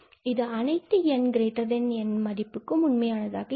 இது அனைத்து nNக்கு உண்மையானதாக இருக்கும்